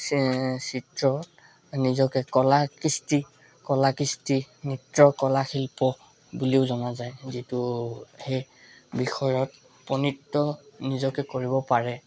চে চিত্ৰ বা নিজকে কলা কৃষ্টি কলা কৃষ্টি নৃত্য় কলা শিল্প বুলিও জনা যায় যিটো সেই বিষয়ত উপনীত নিজকে কৰিব পাৰে